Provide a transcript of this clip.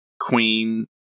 queen